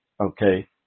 okay